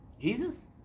Jesus